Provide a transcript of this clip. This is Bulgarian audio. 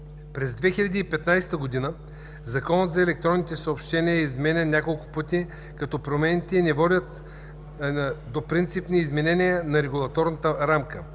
През 2015 г. Законът за електронните съобщения е изменян няколко пъти, като промените не водят до принципни изменения на регулаторната рамка.